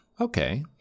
Okay